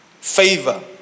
Favor